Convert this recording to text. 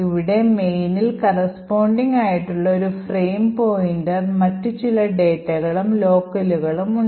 ഇവിടെ main corresponding ആയിട്ടുള്ള ഒരു ഫ്രെയിം പോയിന്റർ മറ്റ് ചില ഡാറ്റകളും ലോക്കലുകളും ഉണ്ട്